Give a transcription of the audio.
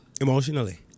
Emotionally